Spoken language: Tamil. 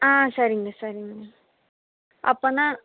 ஆ சரிங்க சரிங்க அப்போன்னா